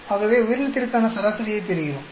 ஆகவே உயிரினத்திற்கான சராசரியைப் பெறுகிறோம்